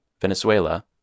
Venezuela